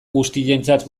guztientzat